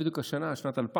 זו הייתה בדיוק השנה, שנת 2000,